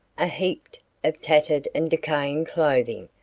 a heap of tattered and decaying clothing,